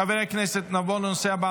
חברי הכנסת, נעבור לנושא הבא